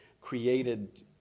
created